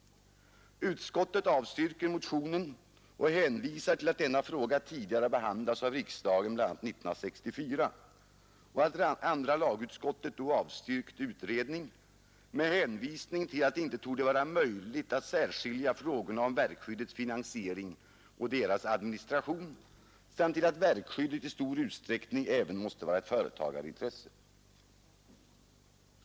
Utskottet avstyrker motionen och hänvisar till att denna fråga tidigare har behandlats av riksdagen, bl.a. 1964, och att andra lagutskottet då avstyrkte utredning med hänvisning till att det inte torde vara möjligt att särskilja frågorna om verkskyddets finansiering och dess administration samt till att verkskyddet i stor utsträckning även måste vara ett företagarintresse.